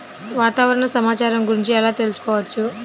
వాతావరణ సమాచారం గురించి ఎలా తెలుసుకోవచ్చు?